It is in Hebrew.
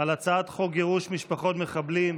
על הצעת חוק גירוש משפחות מחבלים,